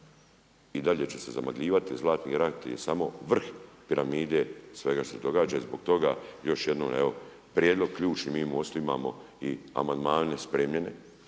i dalje će se zamagljivati Zlatni rat, je samo vrh piramide svega što se događa, zbog toga još jednom evo prijedlog ključni mi …/Govornik se ne